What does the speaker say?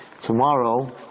tomorrow